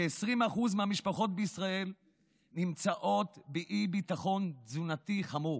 כ-20% מהמשפחות בישראל נמצאות באי-ביטחון תזונתי חמור,